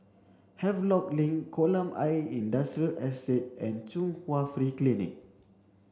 Havelock Link Kolam Ayer Industrial Estate and Chung Hwa Free Clinic